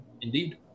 Indeed